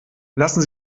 lassen